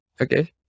Okay